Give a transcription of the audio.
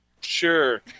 sure